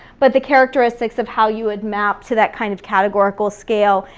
but the characteristics of how you would map to that kind of categorical scale,